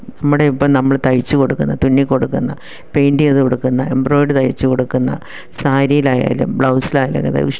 നമ്മുടെ ഇപ്പം നമ്മൾ തയ്ച്ചു കൊടുക്കുന്ന തുന്നി കൊടുക്കുന്ന പെയിൻറ്റ് ചെയ്തു കൊടുക്കുന്ന എംബ്രോയിഡറി തയ്ച്ചു കൊടുക്കുന്നു സാരിയിലായാലും ബ്ലൗസിലായാലും അത് ഇഷ്ടം